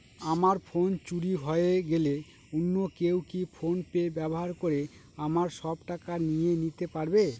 আমার ফোন চুরি হয়ে গেলে অন্য কেউ কি ফোন পে ব্যবহার করে আমার সব টাকা নিয়ে নিতে পারবে?